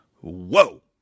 whoa